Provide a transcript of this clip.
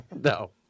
No